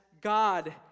God